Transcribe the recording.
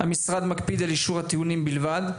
המשרד מקפיד על אישור הטיעונים בלבד,